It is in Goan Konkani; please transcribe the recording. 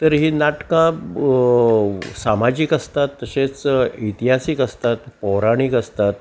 तर हीं नाटकां सामाजीक आसतात तशेंच इतिहासीक आसतात पौराणीक आसतात